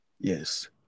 Yes